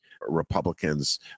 Republicans